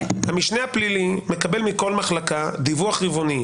המשנה הפלילי מקבל מכל מחלקה דיווח רבעוני,